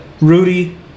Rudy